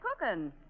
cooking